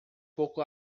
pouco